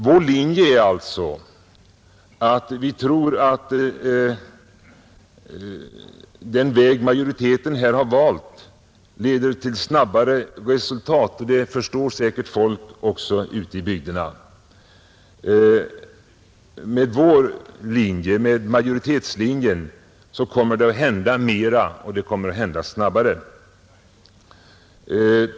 Vi tror alltså att den väg majoriteten här har valt leder till snabbare resultat. Det förstår säkert folk också ute i bygderna. Med vår linje, majoritetslinjen, kommer det att hända mera och det kommer att hända snabbare.